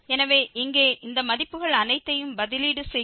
எனவே இங்கே இந்த மதிப்புகள் அனைத்தையும் பதிலீடு செய்கிறோம்